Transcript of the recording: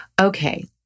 Okay